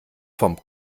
vom